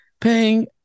paying